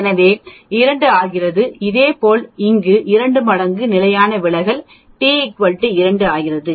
எனவே 2 ஆகிறது இதேபோல் இங்கே 2 மடங்கு நிலையான விலகல் t 2 ஆகிறது